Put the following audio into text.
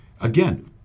again